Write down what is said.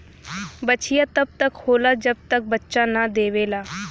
बछिया तब तक होला जब तक बच्चा न देवेला